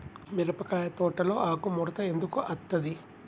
మిరపకాయ తోటలో ఆకు ముడత ఎందుకు అత్తది?